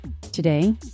Today